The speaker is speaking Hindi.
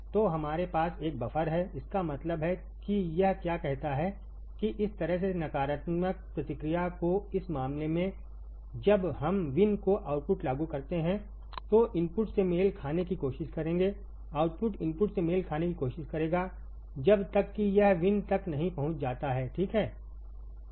तो हमारे यहां एक बफर हैइसका मतलब है कि यह क्या कहता हैकि इस तरह से नकारात्मक प्रतिक्रिया को इस मामले में जब हम Vinको आउटपुटलागूकरते हैं तो इनपुट से मेल खाने की कोशिश करेंगे आउटपुट इनपुट से मेल खाने की कोशिश करेगा जब तक कि यह Vin तक नहीं पहुंच जाता ठीक है